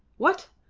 what!